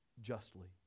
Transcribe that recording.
justly